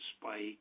Spike